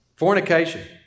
Fornication